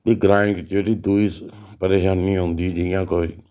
फ्ही ग्राएं च जेह्ड़ी दुई परेशानी औंदी जियां कोई